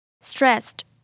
Stressed